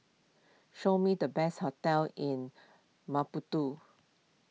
show me the best hotels in Maputo